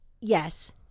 Yes